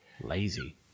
lazy